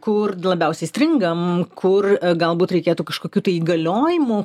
kur labiausiai stringam kur galbūt reikėtų kažkokių tai įgaliojimų